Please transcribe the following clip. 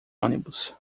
ônibus